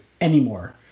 anymore